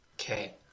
Okay